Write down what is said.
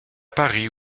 paris